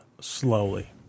slowly